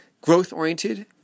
growth-oriented